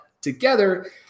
together